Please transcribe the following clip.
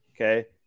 okay